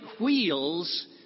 wheels